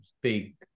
big